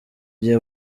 gihe